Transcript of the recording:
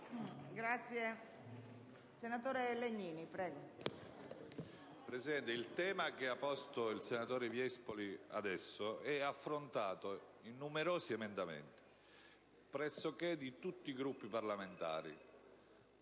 *(PD)*. Signora Presidente, il tema che ha posto il senatore Viespoli adesso è affrontato in numerosi emendamenti pressoché di tutti i Gruppi parlamentari,